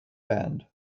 band